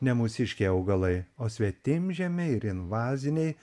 ne mūsiškiai augalai o svetimžemiai ir invaziniai